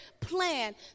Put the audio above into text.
plan